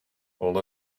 all